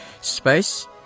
Space